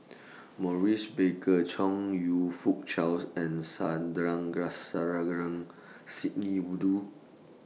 Maurice Baker Chong YOU Fook Charles and Sidney Woodhull